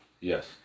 yes